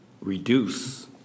reduce